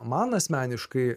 man asmeniškai